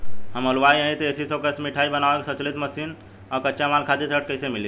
हम हलुवाई हईं त ए.सी शो कैशमिठाई बनावे के स्वचालित मशीन और कच्चा माल खातिर ऋण कइसे मिली?